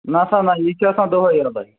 نَہ سا نَہ ییٚتہِ چھُ آسان دۄہَے یَلَے